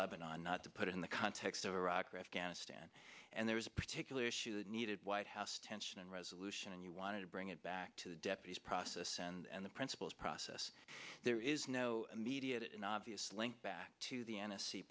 lebanon not to put it in the context of iraq or afghanistan and there was a particular issue that needed white house attention and resolution and you wanted to bring it back to the deputies process and the principals process there is no immediate an obvious link back to the n